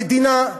המדינה,